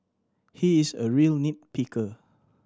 he is a real nit picker